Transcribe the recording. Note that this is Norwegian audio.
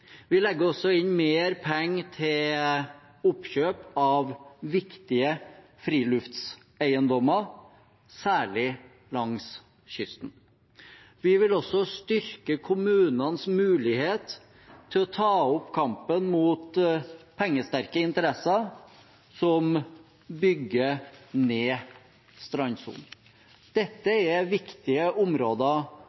Vi legger også inn mer penger til oppkjøp av viktige friluftseiendommer, særlig langs kysten. Vi vil også styrke kommunenes mulighet til å ta opp kampen mot pengesterke interesser som bygger ned strandsonen. Dette